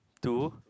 two